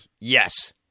yes